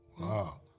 Wow